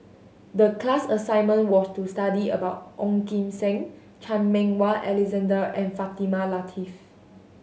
the class assignment was to study about Ong Kim Seng Chan Meng Wah Alexander and Fatimah Lateef